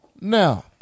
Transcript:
Now